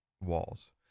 walls